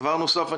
דבר נוסף,